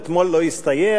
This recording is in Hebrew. אתמול לא הסתייע,